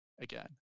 again